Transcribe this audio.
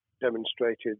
demonstrated